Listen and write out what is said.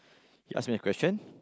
you ask me a question